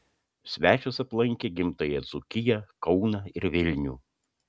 svečias aplankė gimtąją dzūkiją kauną ir vilnių